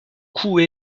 coût